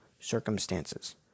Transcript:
circumstances